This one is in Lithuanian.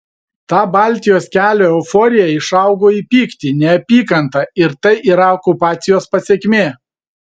ta baltijos kelio euforija išaugo į pyktį neapykantą ir tai yra okupacijos pasekmė